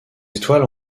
étoiles